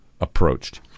approached